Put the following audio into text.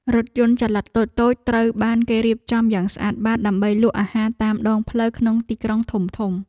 រថយន្តចល័តតូចៗត្រូវបានគេរៀបចំយ៉ាងស្អាតបាតដើម្បីលក់អាហារតាមដងផ្លូវក្នុងទីក្រុងធំៗ។